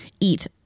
eat